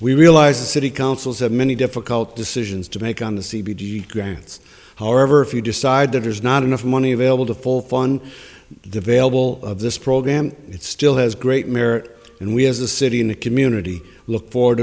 we realize a city councils have many difficult decisions to make on the c b d grants however if you decide that there's not enough money available to full fun the vailable of this program it still has great merit and we as a city in the community look forward